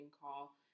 call